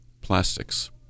Plastics